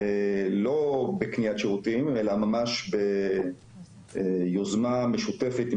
לא בקניית שירותים אלא ממש ביוזמה משותפת על